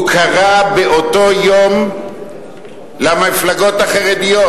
הוא קרא באותו יום למפלגות החרדיות,